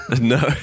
No